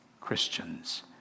Christians